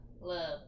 love